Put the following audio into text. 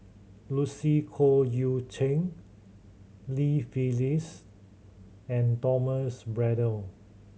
Lucy Koh Eu Cheng Li Phyllis and Thomas Braddell